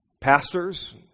pastors